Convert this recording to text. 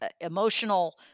emotional